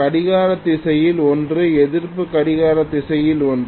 கடிகார திசையில் ஒன்று எதிர்ப்பு கடிகார திசையில் ஒன்று